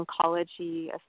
oncology